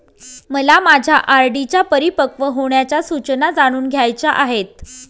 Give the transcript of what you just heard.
मला माझ्या आर.डी च्या परिपक्व होण्याच्या सूचना जाणून घ्यायच्या आहेत